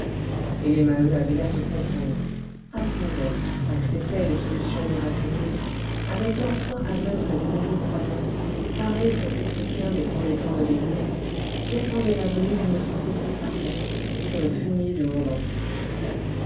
et les maheu avaient l'air de comprendre approuvaient acceptaient les solutions miraculeuses avec la foi aveugle des nouveaux croyants pareils à ces chrétiens des premiers temps de l'église qui attendaient la venue d'une société parfaite sur le fumier du monde antique